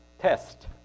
test